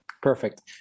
Perfect